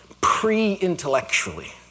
pre-intellectually